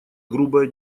грубая